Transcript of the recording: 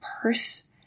purse